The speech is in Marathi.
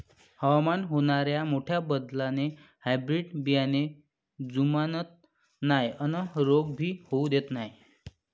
हवामानात होनाऱ्या मोठ्या बदलाले हायब्रीड बियाने जुमानत नाय अन रोग भी होऊ देत नाय